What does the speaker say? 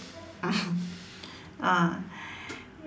ah